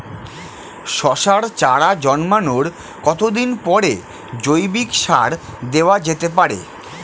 শশার চারা জন্মানোর কতদিন পরে জৈবিক সার দেওয়া যেতে পারে?